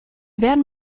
werden